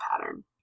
pattern